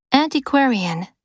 Antiquarian